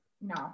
no